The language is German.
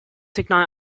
signal